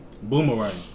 Boomerang